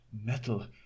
metal